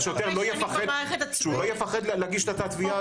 שהשוטר לא יפחד להגיש את אותה תביעה.